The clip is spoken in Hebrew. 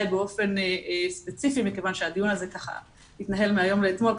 באופן ספציפי מכיוון שהדיון התנהל מהיום לאתמול,